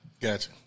Gotcha